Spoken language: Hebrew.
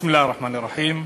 בסם אללה א-רחמאן א-רחים.